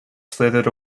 slithered